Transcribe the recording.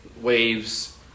waves